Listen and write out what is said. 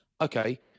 Okay